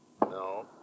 No